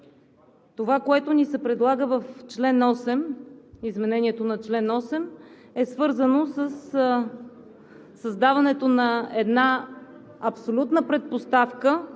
Това, което ни се предлага в чл. 8, изменението на чл. 8, е свързано със създаването на една абсолютна предпоставка